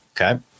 Okay